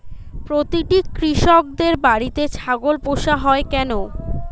প্রতিটি কৃষকদের বাড়িতে ছাগল পোষা হয় কেন?